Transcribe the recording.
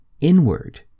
inward